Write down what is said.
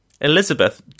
Elizabeth